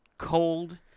cold